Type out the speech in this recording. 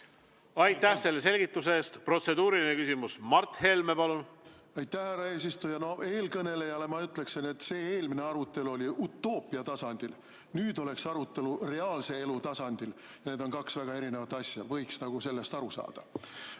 Aitäh selle selgituse eest! Protseduuriline küsimus, Mart Helme, palun! Aitäh, härra eesistuja! Eelkõnelejale ma ütleksin, et see eelmine arutelu oli utoopia tasandil, nüüd oleks arutelu reaalse elu tasandil. Need on kaks väga erinevat asja, sellest võiks aru